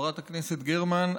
חברת הכנסת גרמן,